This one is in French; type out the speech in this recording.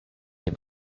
n’ai